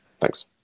Thanks